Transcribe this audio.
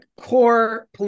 core